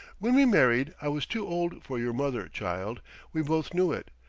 when we married, i was too old for your mother, child we both knew it,